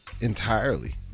entirely